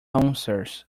ulcers